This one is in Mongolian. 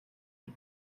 бид